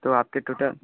तो आपके टोटल